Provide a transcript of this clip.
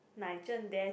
Nigel there